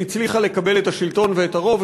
הצליחה לקבל את השלטון ואת הרוב,